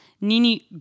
Nini